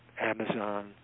Amazon